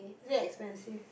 is it expensive